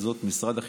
אל תקרא מדף.